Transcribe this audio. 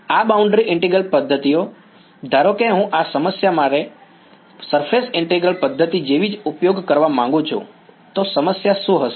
અને આ boundary integral પદ્ધતિ ધારો કે હું આ સમસ્યા માટે સરફેસ ઇન્ટિગ્રલ પદ્ધતિ જેવી જ ઉપયોગ કરવા માંગું છું તો સમસ્યા શું હશે